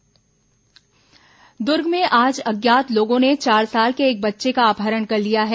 दुर्ग अपहरण दुर्ग में आज अज्ञात लोगों ने चार साल के एक बच्चे का अपहरण कर लिया है